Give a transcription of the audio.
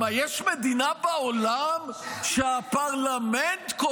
אני אמרתי שאתה תגיד את זה אחרי ארבע דקות.